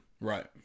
Right